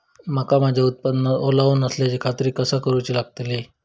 मका माझ्या उत्पादनात ओलावो नसल्याची खात्री कसा करुची लागतली?